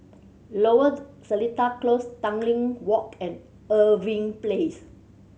Lower Seletar Close Tanglin Walk and Irving Place